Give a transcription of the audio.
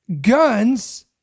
guns